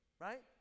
right